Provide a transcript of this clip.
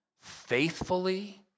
faithfully